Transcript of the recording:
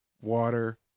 water